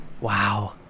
wow